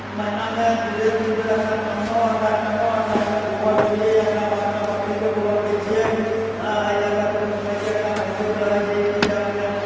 महीनामे दू बेर तीन बेर एकरा तमलहुँ एकरा केलहुँ एकरा एहिमे गोबर देलियै एकरा बागमे बकरीके गोबर दैत छियै हँ एहि लऽ कऽ किदुन कहैत छै एकरा बनबैत रहैत छियै जे कि अपने